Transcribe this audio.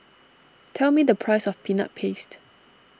tell me the price of Peanut Paste